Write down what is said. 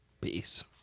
Peace